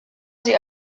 sie